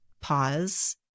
pause